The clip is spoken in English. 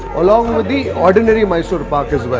along with the ordinary mysore pak as well.